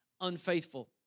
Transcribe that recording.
unfaithful